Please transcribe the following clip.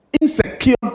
Insecure